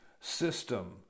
system